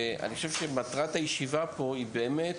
אני חושב שמטרת הישיבה פה היא באמת,